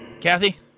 Kathy